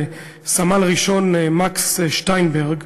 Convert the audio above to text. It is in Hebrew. סמל-ראשון מקס שטיינברג,